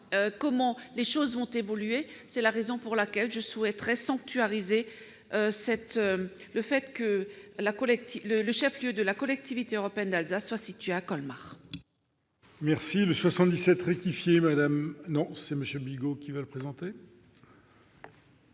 que les choses peuvent évoluer. C'est la raison pour laquelle je souhaite sanctuariser le fait que le chef-lieu de la Collectivité européenne d'Alsace soit situé à Colmar.